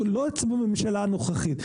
לא --- הממשלה הנוכחית,